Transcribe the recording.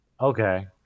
Okay